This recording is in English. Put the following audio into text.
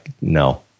no